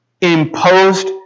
Imposed